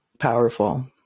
powerful